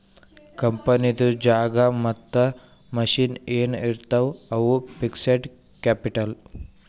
ಕಂಪನಿದು ಜಾಗಾ ಮತ್ತ ಮಷಿನ್ ಎನ್ ಇರ್ತಾವ್ ಅವು ಫಿಕ್ಸಡ್ ಕ್ಯಾಪಿಟಲ್